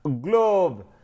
Globe